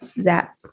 zap